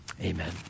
Amen